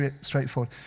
straightforward